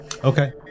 Okay